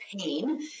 pain